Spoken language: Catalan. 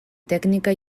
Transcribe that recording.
tècnica